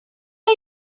are